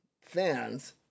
fans